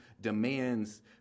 demands